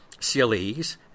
CLEs